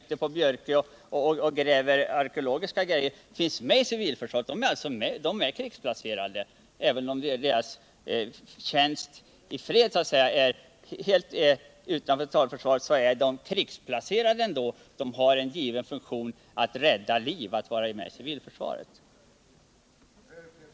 De vapenfria som gräver på Björkö krigsplaceras i dag i civilförsvaret. De är krigsplacerade, även om deras tjänst i fred ligger utanför totalförsvaret. De har en given funktion att vara med i civilförsvaret och rädda liv.